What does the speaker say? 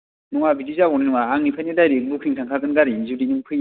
नङा बिदि जाबावनाय नङा आंनिफ्रायनो दाइरेक बुखिं थांखागोन गारि जुदि नों फैयोबा